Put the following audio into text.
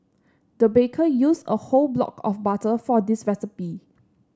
the baker used a whole block of butter for this recipe